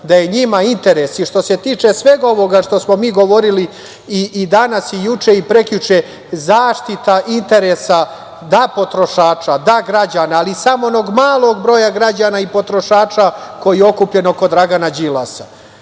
da je njima interes, što se tiče svega ovoga što smo mi govorili i danas, i juče i prekjuče, zaštita interesa da potrošača, da građana, ali samo onog malog broja građana i potrošača koji je okupljen oko Dragana Đilasa. Ne